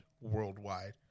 worldwide